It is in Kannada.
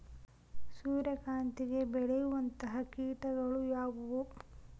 ಸೂರ್ಯಕಾಂತಿಗೆ ಬೇಳುವಂತಹ ಕೇಟಗಳು ಯಾವ್ಯಾವು?